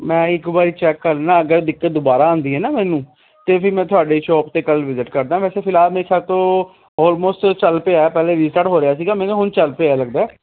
ਮੈਂ ਇੱਕ ਵਾਰੀ ਚੈੱਕ ਕਰ ਲੈਂਦਾ ਅਗਰ ਇਹ ਦਿੱਕਤ ਦੁਬਾਰਾ ਆਉਂਦੀ ਹੈ ਨਾ ਮੈਨੂੰ ਤਾਂ ਫ਼ਿਰ ਮੈਂ ਤੁਹਾਡੇ ਸ਼ੋਪ 'ਤੇ ਕੱਲ੍ਹ ਵਿਜ਼ਿਟ ਕਰਦਾ ਵੈਸੇ ਫਿਲਹਾਲ ਮੇਰੇ ਖ਼ਿਆਲ ਤੋਂ ਓਲਮੋਸਟ ਚੱਲ ਪਿਆ ਪਹਿਲੇ ਰੀਸਟਾਟ ਹੋ ਰਿਹਾ ਸੀਗਾ ਮੈਨੂੰ ਹੁਣ ਚੱਲ ਪਿਆ ਲੱਗਦਾ